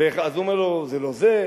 אז הוא אומר לו: זה לא זה,